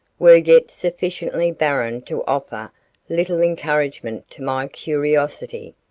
were yet sufficiently barren to offer little encouragement to my curiosity.